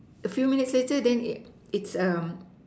a few minutes later then it it's um